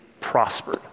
prospered